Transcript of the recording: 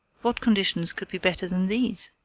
what conditions could be better than these